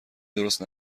درست